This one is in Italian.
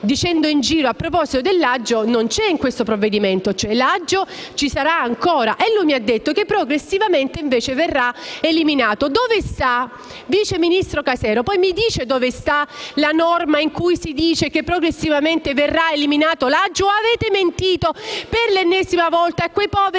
dicendo in giro a proposito dell'aggio non c'è in questo provvedimento, cioè l'aggio ci sarà ancora; lui invece mi ha risposto che verrà progressivamente eliminato. Dove sta, vice ministro Casero, la norma in cui si dice che progressivamente verrà eliminato l'aggio? Avete mentito per l'ennesima volta a quei poveri